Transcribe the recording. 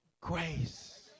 Grace